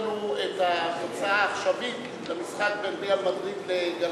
את התוצאה העכשווית במשחק בין "ריאל מדריד" ל"גלאטסראיי"?